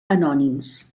anònims